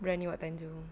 biryani wak tanjong